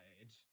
age